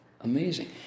amazing